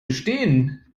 gestehen